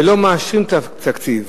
ולא מאשרים את התקציב,